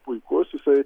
puikus jisai